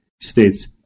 States